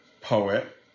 poet